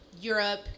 Europe